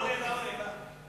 אדוני, זה לא לעילא ולעילא.